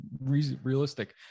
realistic